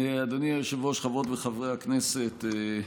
אדוני היושב-ראש, חברות וחברי הכנסת,